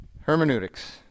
hermeneutics